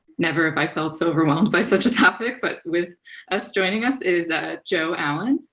never have i felt so overwhelmed by such a topic, but with us, joining us, is ah joe allen.